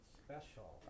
special